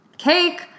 cake